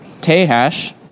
Tehash